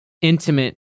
intimate